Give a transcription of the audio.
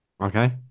Okay